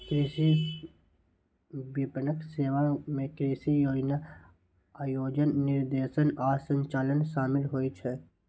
कृषि विपणन सेवा मे कृषि योजना, आयोजन, निर्देशन आ संचालन शामिल होइ छै